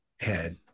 head